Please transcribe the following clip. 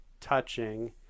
touching